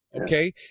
Okay